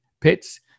pits